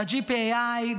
ב-GPAI,